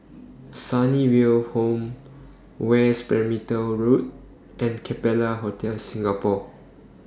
Sunnyville Home West Perimeter Road and Capella Hotel Singapore